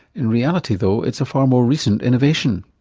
in reality though, it's a far more recent innovation.